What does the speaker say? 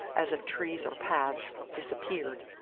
as of trees or paths, disappeared.